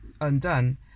undone